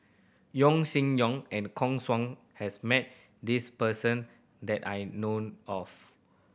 Yeo Shih Yun and Koh Guan Song has met this person that I know of